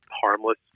harmless